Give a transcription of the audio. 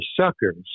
suckers